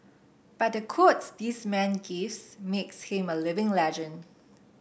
but the quotes this man gives makes him a living legend